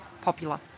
popular